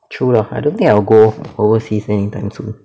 true lah I don't think I will go overseas anytime soon